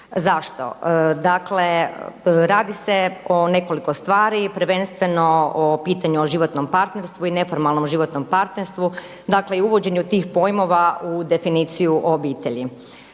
Zašto? Dakle, radi se o nekoliko stvari prvenstveno o pitanju o životnom partnerstvu i neformalnom životnom partnerstvu, dakle i uvođenju tih pojmova u definiciju obitelji.